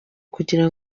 kugira